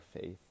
faith